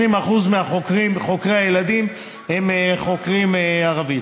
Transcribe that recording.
20% מהחוקרים, מחוקרי הילדים, הם ערבים.